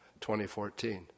2014